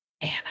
Anna